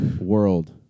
world